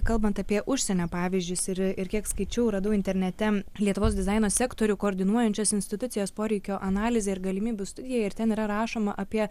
kalbant apie užsienio pavyzdžius ir ir kiek skaičiau radau internete lietuvos dizaino sektorių koordinuojančios institucijos poreikio analizė ir galimybių studija ir ten yra rašoma apie